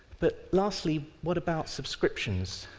but lastly, what about subscriptions?